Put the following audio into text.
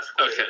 Okay